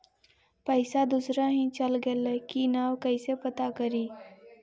पैसा दुसरा ही चल गेलै की न कैसे पता करि?